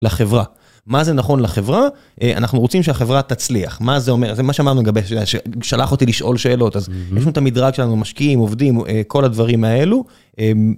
לחברה מה זה נכון לחברה אנחנו רוצים שהחברה תצליח מה זה אומר זה מה שאמרנו לגבי שלח אותי לשאול שאלות אז יש לנו את המדרג שלנו משקיעים עובדים כל הדברים האלו.